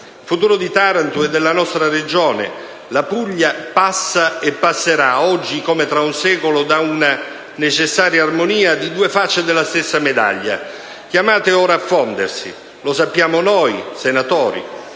Il futuro di Taranto e della nostra Regione, la Puglia, passa e passerà, oggi come tra un secolo, da una necessaria armonia di due facce della stessa medaglia chiamate ora a fondersi. Lo sappiamo noi senatori;